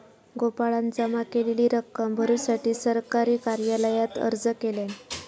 गोपाळान जमा केलेली रक्कम भरुसाठी सरकारी कार्यालयात अर्ज केल्यान